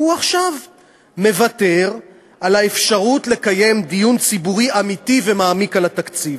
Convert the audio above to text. הוא עכשיו מוותר על האפשרות לקיים דיון ציבורי אמיתי ומעמיק על התקציב.